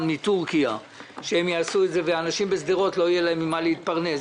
מתורכיה כך שלאנשים בשדרות לא יהיה ממה להתפרנס.